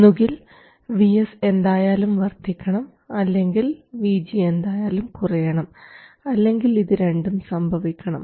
ഒന്നുകിൽ VS എന്തായാലും വർദ്ധിക്കണം അല്ലെങ്കിൽ VG എന്തായാലും കുറയണം അല്ലെങ്കിൽ ഇത് രണ്ടും സംഭവിക്കണം